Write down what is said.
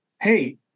hey